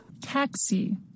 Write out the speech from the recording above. Taxi